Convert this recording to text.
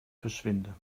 verschwinde